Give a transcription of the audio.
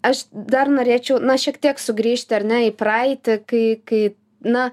aš dar norėčiau na šiek tiek sugrįžti ar ne į praeitį kai kai na